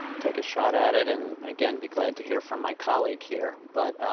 take a shot at it and again be glad to hear from my colleague here but